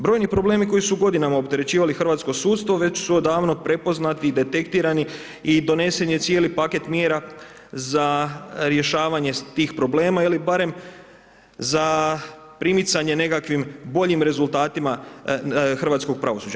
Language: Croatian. Brojni problemi koji su godinama opterećivali hrvatsko sudstvo već su odavno prepoznati i detektirani i donesen je cijeli paket mjera za rješavanje tih problema ili barem za primicanje nekakvim boljim rezultatima hrvatskog pravosuđa.